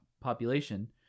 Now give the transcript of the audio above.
population